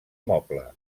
moble